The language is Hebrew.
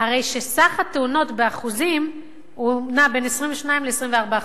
הרי שסך התאונות באחוזים נע בין 22% ל-24%.